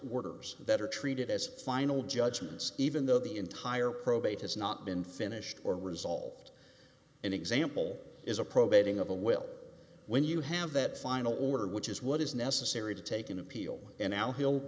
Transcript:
of orders that are treated as final judgments even though the entire probate has not been finished or resolved an example is a probating of a will when you have that final order which is what is necessary to take an appeal and